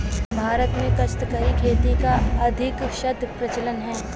भारत में काश्तकारी खेती का अधिकांशतः प्रचलन है